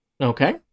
Okay